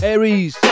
Aries